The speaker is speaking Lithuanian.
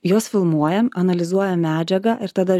juos filmuojam analizuojam medžiagą ir tada